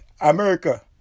America